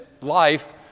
life